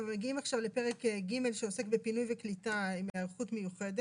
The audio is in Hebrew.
אנחנו מגיעים עכשיו לפרק ג' שעוסק בפינוי וקליטה עם היערכות מיוחדת.